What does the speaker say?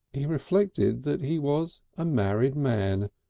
he reflected that he was a married man,